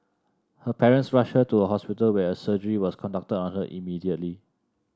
her parents rushed her to a hospital where a surgery was conducted on her immediately